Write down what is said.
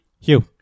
Hugh